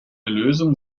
lösung